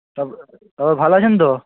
তারপর তারপর ভালো আছেন তো